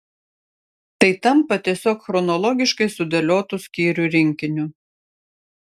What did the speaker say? tai tampa tiesiog chronologiškai sudėliotu skyrių rinkiniu